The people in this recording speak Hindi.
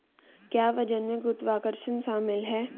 क्या वजन में गुरुत्वाकर्षण शामिल है?